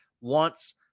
wants